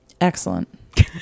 Excellent